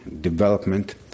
development